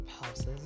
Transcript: houses